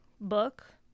book